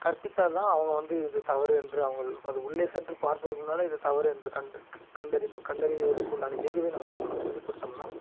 கற்பித்தால்தான் அவங்க வந்து இது தவறு என்று அவங்கள் அது உள்ளே சென்று பார்ப்பதற்கு முன்னாலே இது தவறு என்று கண்டு க கண்டறிந்து கண்டறிவதற்கு உண்டான ஏதுவே நமக்கு அவங்களுக்கு சொல்லி கொடுத்தம்னா